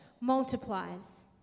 multiplies